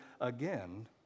again